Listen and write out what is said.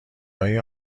های